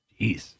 Jeez